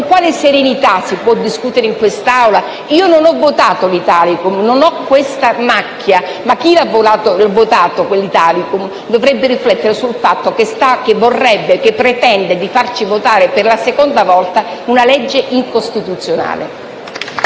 quale serenità si può discutere in quest'Aula? Io non ho votato l'Italicum, non ho questa macchia; ma chi ha votato l'Italicum dovrebbe riflettere sul fatto che vorrebbe e che pretende di farci votare per la seconda volta una legge incostituzionale.